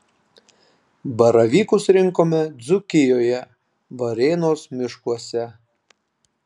baravykus rinkome dzūkijoje varėnos miškuose